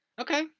Okay